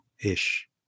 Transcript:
ish